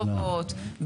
ברחובות,